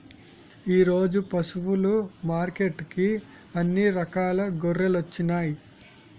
ఈరోజు పశువులు మార్కెట్టుకి అన్ని రకాల గొర్రెలొచ్చినాయ్